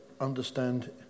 understand